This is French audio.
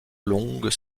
longues